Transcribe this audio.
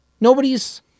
nobody's